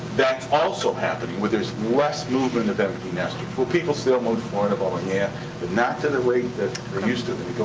that's also happening where there's less movement of empty nesters. will people still move to florida, but yeah. but not to the rate that we're used